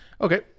Okay